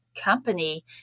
company